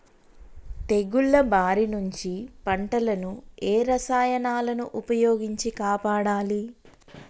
తెగుళ్ల బారి నుంచి పంటలను ఏ రసాయనాలను ఉపయోగించి కాపాడాలి?